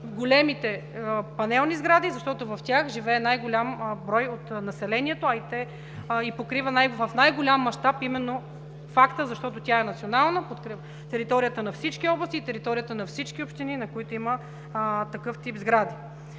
големите панелни сгради, защото в тях живее най-голям брой от населението и покрива в най-голям мащаб именно факта, защото тя е национална, на територията на всички области, на територията на всички общини, на които има такъв тип сгради.